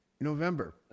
November